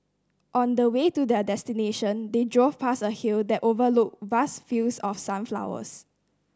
on the way to their destination they drove past a hill that overlooked vast fields of sunflowers